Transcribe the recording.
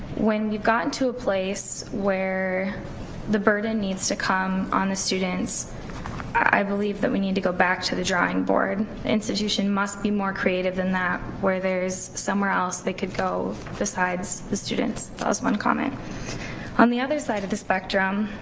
when you've gotten to a place where the burden needs to come on the students i believe that we need to go back to the drawing board. the institution must be more creative than that. where there's somewhere else they could go besides the students, was one comment on the other side of the spectrum,